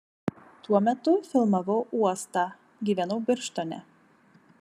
tuo metu filmavau uostą gyvenau birštone